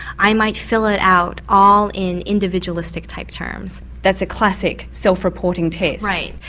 i might fill it out all in individualistic type terms. that's a classic self-reporting test. right,